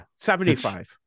75